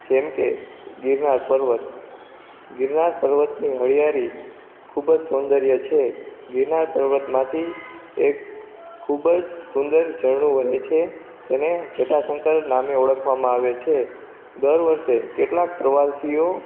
જેમકે ગીરનાર પર્વત ગીરનાર પર્વતની હરિયાળી ખૂબ જ સોંદર્ય છે ગીરનાર પર્વતમાંથી એક ખૂબ જ સુંદર ઝરણું વહે છે જેને જટાશંકર નામે ઓળખવામાં આવે છે દર વર્ષે કેટલા પ્રવાસીઓ